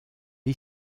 est